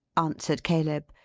answered caleb.